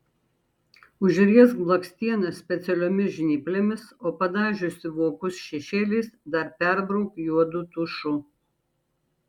užriesk blakstienas specialiomis žnyplėmis o padažiusi vokus šešėliais dar perbrauk juodu tušu